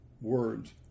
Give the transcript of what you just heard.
words